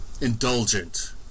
indulgent